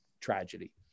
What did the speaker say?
tragedy